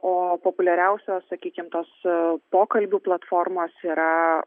o populiariausios sakykim tos pokalbių platformos yra